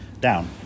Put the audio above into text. down